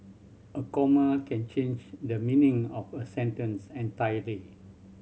a comma can change the meaning of a sentence entirely